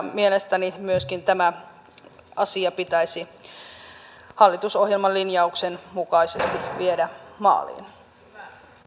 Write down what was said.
mielestäni myöskin tämä asia pitäisi hallitusohjelman linjauksen mukaisesti viedä maaliin